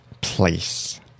place